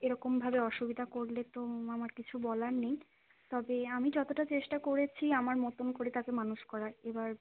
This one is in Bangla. এরকমভাবে অসুবিধা করলে তো আমার কিছু বলার নেই তবে আমি যতটা চেষ্টা করেছি আমার মতন করে তাকে মানুষ করার এবার